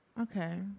Okay